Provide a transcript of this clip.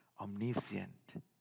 Omniscient